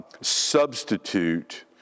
substitute